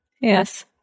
Yes